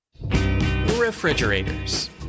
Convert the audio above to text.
Refrigerators